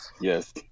Yes